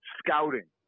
scouting